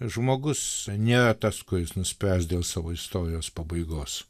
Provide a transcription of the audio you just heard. žmogus nėra tas kuris nuspręs dėl savo istorijos pabaigos